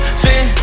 spin